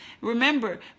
remember